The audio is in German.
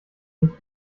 nicht